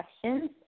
questions